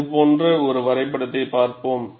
இது போன்ற ஒரு வரைபடத்தைப் பார்ப்போம்